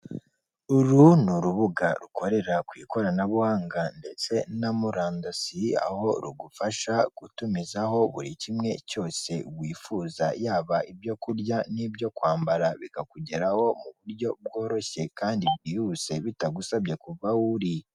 Uru ni rubuga rukorera ku ikoranabuhanga ndetse na murandasi, aho rugufasha gutumizaho buri kimwe cyose wifuza, yaba ibyo kurya n'ibyo kwambara, bikakugeraho mu buryo bworoshye kandi bwihuse, bitagusabye kuva aho uri.